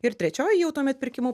ir trečioji jau tuomet pirkimų